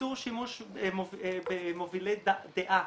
איסור שימוש במובילי דעה,